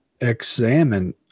examine